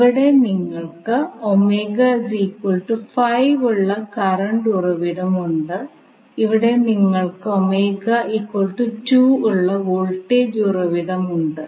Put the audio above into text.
ഇവിടെ നിങ്ങൾക്ക് ഉള്ള കറണ്ട് ഉറവിടമുണ്ട് ഇവിടെ നിങ്ങൾക്ക് ഉള്ള വോൾട്ടേജ് ഉറവിടമുണ്ട്